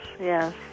yes